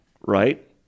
right